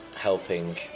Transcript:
helping